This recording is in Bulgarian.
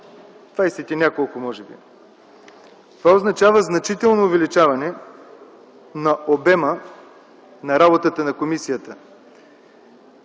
престъпления. Това означава значително увеличаване на обема на работата на комисията,